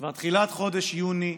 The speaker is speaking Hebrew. כבר תחילת חודש יוני,